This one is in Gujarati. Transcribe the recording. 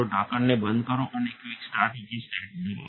ઢાંકણને બંધ કરો અને ક્વિક સ્ટાર્ટ ઉપર સ્ટાર્ટ દબાવો